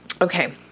Okay